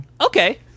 Okay